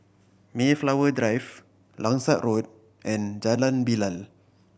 Mayflower Drive Langsat Road and Jalan Bilal